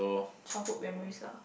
childhood memories ah